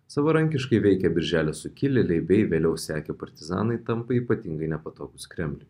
savarankiškai veikę birželio sukilėliai bei vėliau sekę partizanai tampa ypatingai nepatogūs kremliui